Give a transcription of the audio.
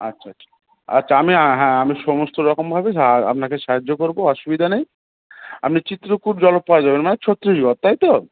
আচ্ছা আচ্ছা আচ্ছা আমি হ্যাঁ আমি সমস্ত রকমভাবে সাহা আআপনাকে সাহায্য করব অসুবিধা নেই আপনি চিত্রকূট জলপপাত যাবেন মানে ছত্রিশগড় তাই তো